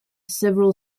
several